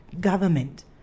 government